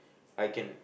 I can